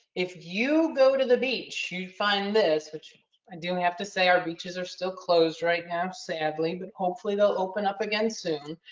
if you go to the beach, you find this, which i do have to say, our beaches are still closed right now, sadly. but hopefully, they'll open up again soon.